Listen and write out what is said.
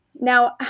Now